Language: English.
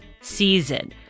season